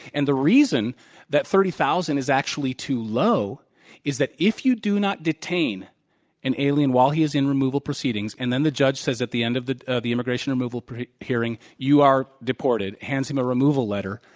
and the reason that thirty thousand is actually too low is that if you do not detain an alien while he is in removal proceedings, and then the judge says, at the end of the immigration immigration removal hearing, you are deported, hands him a removal letter,